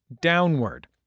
downward